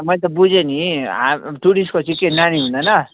मैले त बुझेँ नि टुरिस्टको चाहिँ के नानी हुँदैन